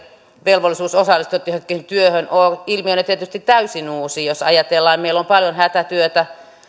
velvollisuus osallistua työhön ole ilmiönä tietysti täysin uusi jos ajatellaan meillä on paljon hätätyötä